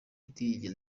iriya